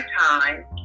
time